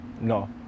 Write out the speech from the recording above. No